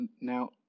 now